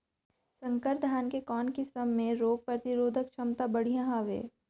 संकर धान के कौन किसम मे रोग प्रतिरोधक क्षमता बढ़िया हवे?